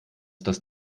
das